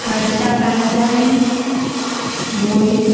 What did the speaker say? Harsha Kanjani Mohit